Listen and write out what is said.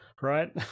right